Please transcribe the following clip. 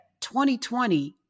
2020